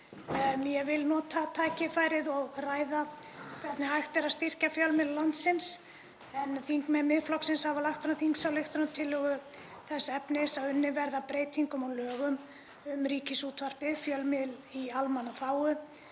ég vil nota tækifærið og ræða hvernig hægt er að styrkja fjölmiðla landsins. Þingmenn Miðflokksins hafa lagt fram þingsályktunartillögu þess efnis að unnið verði að breytingum á lögum um Ríkisútvarpið, fjölmiðil í almannaþágu,